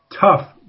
tough